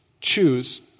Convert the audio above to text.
Choose